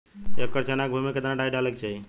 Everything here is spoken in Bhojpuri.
एक एकड़ चना के भूमि में कितना डाई डाले के चाही?